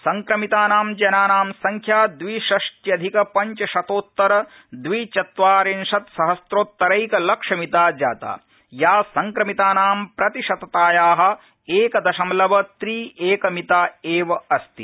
संक्रमितानां जनानां संख्या द्विषष्ट्यधिकपञ्चशतोत्तर द्विचत्वारिशत्सहम्रोत्तरक्तिक्षमिता जाता या संक्रमितानां प्रतिशतताया एक दशमलव त्रि एक मिता अस्ति